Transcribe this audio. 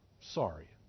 Sorry